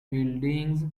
buildings